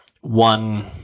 one